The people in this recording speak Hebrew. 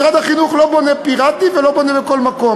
משרד החינוך לא בונה פיראטית ולא בונה בכל מקום.